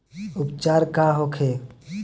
उपचार का होखे?